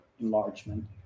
enlargement